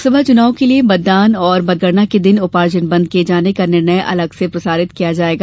लोकसभा चुनाव के लिये मतदान और मत गणना के दिन उपार्जन बंद किये जाने का निर्णय अलग से प्रसारित किया जाएगा